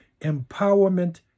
empowerment